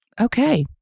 Okay